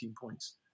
points